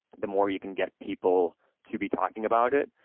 the more you can get people to be talking about it,